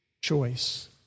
choice